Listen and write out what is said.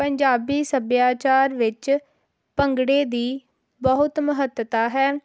ਪੰਜਾਬੀ ਸੱਭਿਆਚਾਰ ਵਿੱਚ ਭੰਗੜੇ ਦੀ ਬਹੁਤ ਮਹੱਤਤਾ ਹੈ